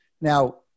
Now